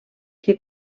que